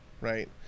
right